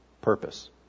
purpose